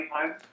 Time